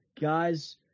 Guys